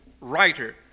writer